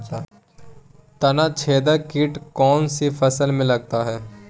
तनाछेदक किट कौन सी फसल में लगता है?